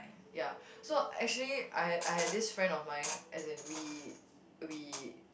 ya so actually I had I had this friend of mine as in we we